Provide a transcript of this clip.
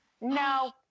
No